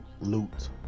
Loot